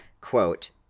Quote